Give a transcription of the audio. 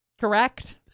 correct